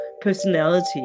personality